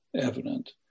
evident